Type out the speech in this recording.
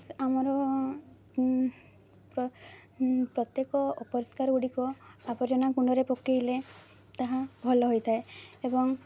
ଆମର ପ୍ରତ୍ୟେକ ଅପରିଷ୍କାର ଗୁଡ଼ିକ ଆବର୍ଜନା କୁଣ୍ଡରେ ପକାଇଲେ ତାହା ଭଲ ହୋଇଥାଏ ଏବଂ